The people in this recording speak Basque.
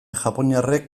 japoniarrek